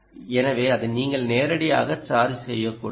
எனவே அதை நீங்கள் நேரடியாக சார்ஜ் செய்யக் கூடாது